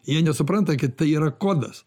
jie nesupranta kad tai yra kodas